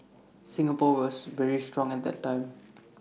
Singapore was very strong at that time